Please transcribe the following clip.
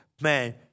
man